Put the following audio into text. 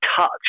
touch